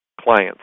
clients